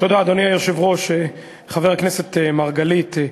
אדוני היושב-ראש, חבר הכנסת מרגלית,